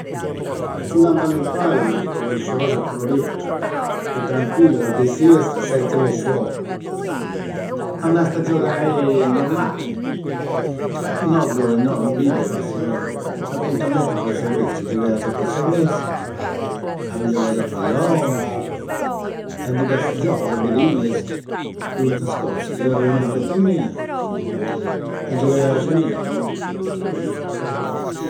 Chimbant'annu faidi fu prus. Sa cosa fu pru libera, pru tranquilla. Bessiasta seenze neusciuo. Andasta a giogai normalle. Nosu, innoga, in biddua fuau su. S'appuntamentu in prazza e chresia, giogaiausu a prazza e cresia. A ba giogai a palloi, e diversu giogusu. A birrillasa, custas cosasa. Se renuiausu tottu innia e giogaiausu innia.